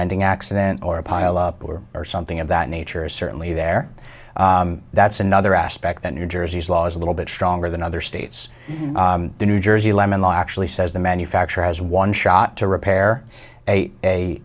ending accident or a pile up or or something of that nature is certainly there that's another aspect that new jersey's law is a little bit stronger than other states the new jersey lemon law actually says the manufacturer has one shot to repair a